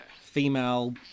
female